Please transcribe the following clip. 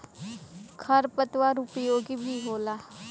खर पतवार उपयोगी भी होला